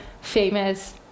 famous